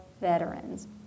veterans